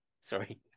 Sorry